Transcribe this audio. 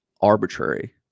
arbitrary